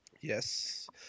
Yes